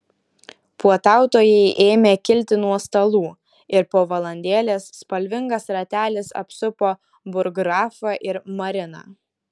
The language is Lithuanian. puotautojai ėmė kilti nuo stalų ir po valandėlės spalvingas ratelis apsupo burggrafą ir mariną